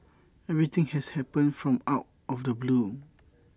everything has happened from out of the blue